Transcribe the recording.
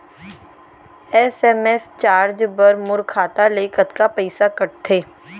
SMS charge बर मोर खाता ले कतका पइसा कटथे?